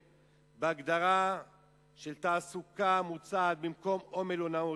בהגדרה של "תעסוקה" המוצעת, במקום "או מלונאות"